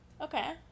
Okay